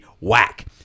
whack